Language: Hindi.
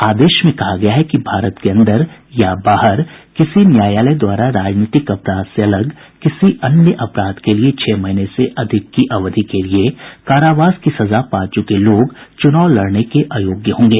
आदेश में कहा गया है कि भारत के अंदर या बाहर किसी न्यायालय द्वारा राजनीतिक अपराध से अलग किसी अन्य अपराध के लिए छह महीने से अधिक की अवधि के लिए कारावास की सजा पा चुके लोग चुनाव लड़ने के अयोग्य होंगे